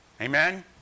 Amen